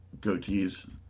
goatees